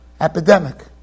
epidemic